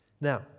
Now